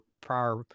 prior